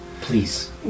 Please